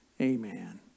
Amen